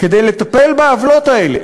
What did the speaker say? כדי לטפל בעוולות האלה.